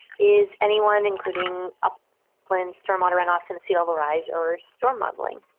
is anyone including upland stormwater runoff and sea level rise or storm modeling?